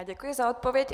Děkuji za odpověď.